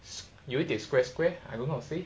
有一点 square square I don't know how to say